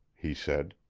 he said.